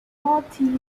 north